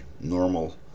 normal